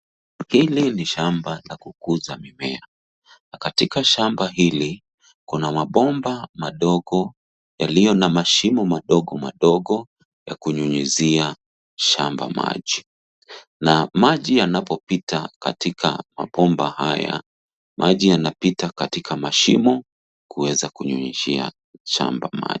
Hili ni shamba la kukuza mimea, katika shamba hili kuna mapomba madogo yalio na mashimo madogo madogo ya kunyunyisia shamba maji na maji yanapopita katika mapomba haya, maji yanapita katika mashimo kuweza kunyunyisia shamba maji.